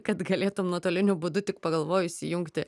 kad galėtum nuotoliniu būdu tik pagalvojus įjungti